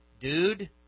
dude